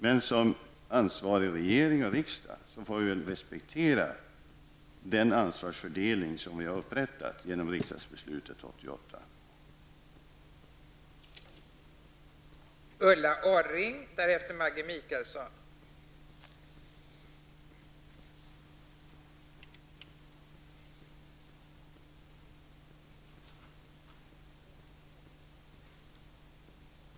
Men som ansvarig regering och riksdag får vi respektera den ansvarsfördelning vi upprättat genom riksdagsbeslutet 1988.